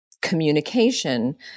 Communication